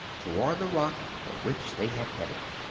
toward the rock for which they had headed.